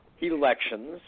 elections